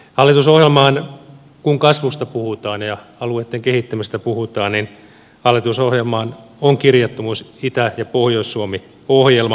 hallitusohjelmaan kun kasvusta ja alueitten kehittämisestä puhutaan on kirjattu myös itä ja pohjois suomi ohjelma